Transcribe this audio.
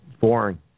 boring